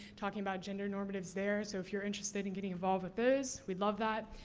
talking about gender normatives there. so, if you're interested in getting involved with those, we'd love that.